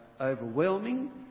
overwhelming